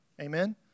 Amen